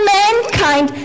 mankind